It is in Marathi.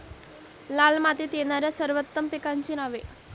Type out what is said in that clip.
लाल मातीत येणाऱ्या सर्वोत्तम पिकांची नावे?